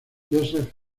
josef